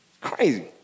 Crazy